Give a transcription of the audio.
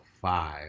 five